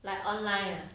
like online ah